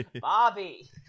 Bobby